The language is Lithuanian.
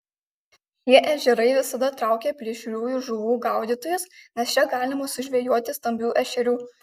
šie ežerai visada traukia plėšriųjų žuvų gaudytojus nes čia galima sužvejoti stambių ešerių